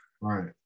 Right